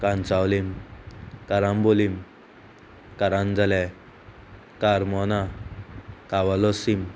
कांचाावलीम करांबोलीम करंजले कारमोना कालिम